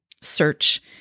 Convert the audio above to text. search